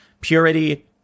purity